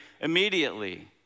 immediately